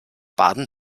baden